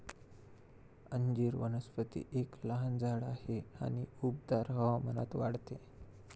अंजीर वनस्पती एक लहान झाड आहे आणि उबदार हवामानात वाढते